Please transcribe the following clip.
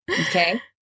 okay